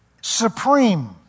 Supreme